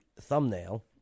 thumbnail